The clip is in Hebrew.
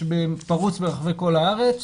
זה פרוס ברחבי כל הארץ.